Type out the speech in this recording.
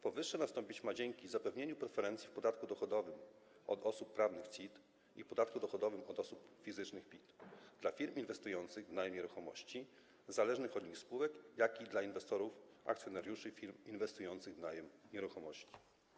Powyższe nastąpić ma dzięki zapewnieniu preferencji w podatku dochodowym od osób prawnych, CIT, i w podatku dochodowym od osób fizycznych, PIT, dla firm inwestujących w najem nieruchomości, zależnych od nich spółek, jak i dla inwestorów, akcjonariuszy, firm inwestujących w najem nieruchomości.